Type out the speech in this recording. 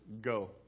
go